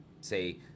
say